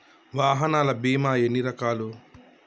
వాహనాల బీమా ఎన్ని రకాలు?